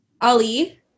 Ali